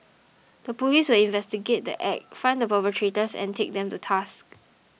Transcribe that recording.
the police will investigate the Act find the perpetrators and take them to task